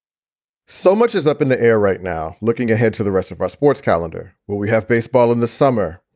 so much is up in the air right now, looking ahead to the rest of our sports calendar. well, we have baseball in the summer,